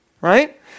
right